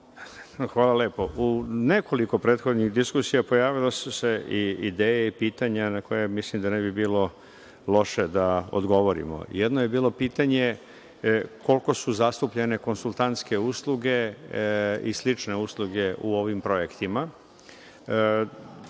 Hvala lepo.U nekoliko prethodnih diskusija pojavile su se i ideje i pitanja na koja mislim da ne bi bilo loše da odgovorimo. Jedno je bilo pitanje koliko su zastupljene konsultantske usluge i slične usluge u ovim projektima.